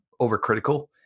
overcritical